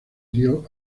hirió